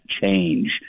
change